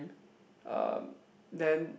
um then